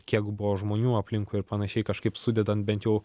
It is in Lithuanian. kiek buvo žmonių aplinkui ir panašiai kažkaip sudedant bent jau